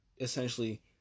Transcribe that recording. essentially